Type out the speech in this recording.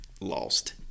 lost